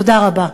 תודה רבה.